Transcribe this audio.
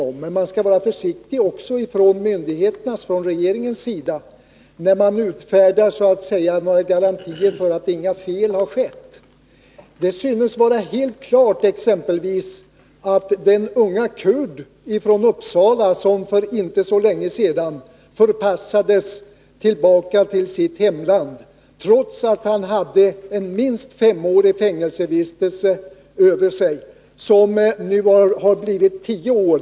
Också myndigheterna och regeringen skall vara försiktiga när de så att säga utfärdar garantier för att inga fel har begåtts. Det synes vara helt klart att man begick ett fel exempelvis mot den unge kurd från Uppsala som för inte så länge sedan förpassades tillbaka till sitt hemland, trots att han hade en fängelsevistelse på minst fem år över sig — den har nu blivit tio år.